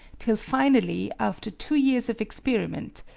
till finally, after two years of experiment,